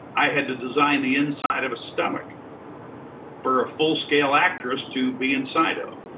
i had to design the inside of a stomach for a full scale actress to be inside of.